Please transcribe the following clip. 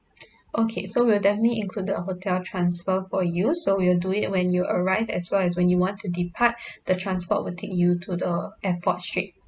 okay so we'll definitely include the hotel transfer for you so we'll do it when you arrive as well as when you want to depart the transport will take you to the airport straight